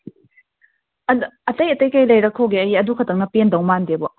ꯑꯇꯩ ꯑꯇꯩ ꯀꯩ ꯂꯩꯔꯛꯈꯣꯒꯦ ꯑꯩ ꯑꯗꯨꯈꯠꯇꯅ ꯄꯦꯟꯗꯧ ꯃꯥꯟꯗꯦꯕꯣ